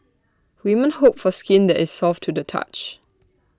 women hope for skin that is soft to the touch